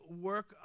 work